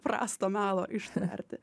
prasto melo ištverti